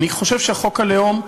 אני חושב שחוק הלאום,